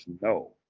no